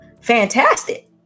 fantastic